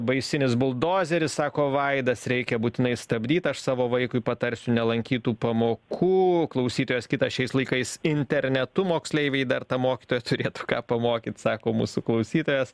baisinis buldozeris sako vaidas reikia būtinai stabdyt aš savo vaikui patarsiu nelankyt tų pamokų klausytojas kitas šiais laikais internetu moksleiviai dar tą mokytoją turėtų ką pamokyt sako mūsų klausytojas